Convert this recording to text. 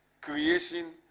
creation